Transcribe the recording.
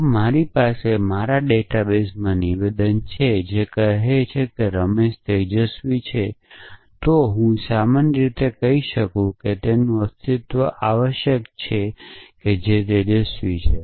જો મારી પાસે મારા ડેટાબેઝમાં નિવેદન છે જે કહે છે કે રમેશ તેજસ્વી છે તો હું સામાન્ય રીતે કહી શકું કે તેમનું અસ્તિત્વ આવશ્યક છે કે જે તેજસ્વી છે